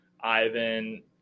Ivan